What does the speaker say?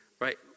right